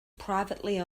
privately